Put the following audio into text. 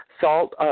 salt